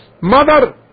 mother